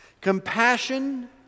Compassion